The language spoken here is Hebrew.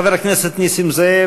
חבר הכנסת נסים זאב,